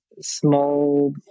Small